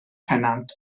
pennant